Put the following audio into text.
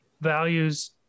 values